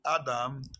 Adam